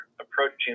approaching